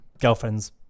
girlfriends